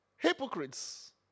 Hypocrites